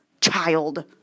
child